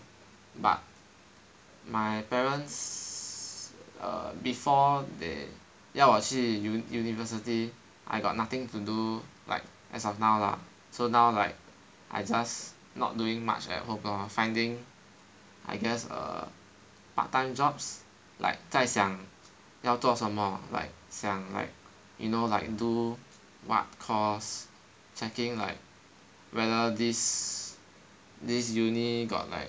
but my parents err before they 要我去 uni~ university I got nothing to do like as of now lah so now like I just not doing much at home lor finding I guess err part time jobs like 再想要做什么 like 想 like you know like do what course checking like whether this this uni got like